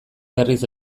berriz